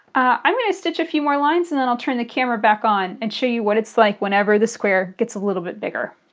i'm going to stitch a few more lines and then i'll turn the camera back on and show you what it's like whenever the square gets a little bit bigger.